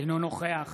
אינו נוכח